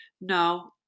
No